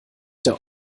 der